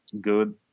good